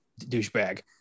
douchebag